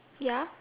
ya